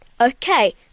Okay